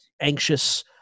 anxious